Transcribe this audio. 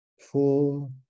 four